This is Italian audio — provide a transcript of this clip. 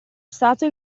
stato